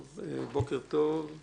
בוקר טוב, אני